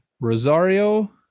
Rosario